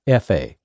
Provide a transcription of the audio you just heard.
FA